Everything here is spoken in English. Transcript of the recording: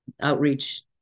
outreach